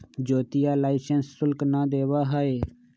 ज्योतिया लाइसेंस शुल्क ना देवा हई